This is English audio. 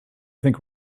think